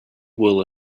wool